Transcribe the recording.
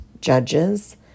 judges